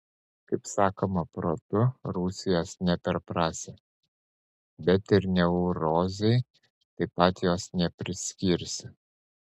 kaip sakoma protu rusijos neperprasi bet ir neurozei taip pat jos nepriskirsi